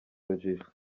rujijo